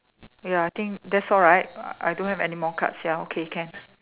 ya I think that's all right I don't have anymore cards ya okay can